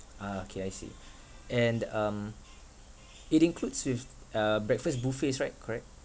ah okay I see and um it includes with uh breakfast buffets right correct